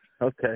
Okay